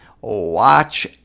watch